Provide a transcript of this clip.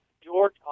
George